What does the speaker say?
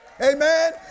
amen